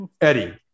Eddie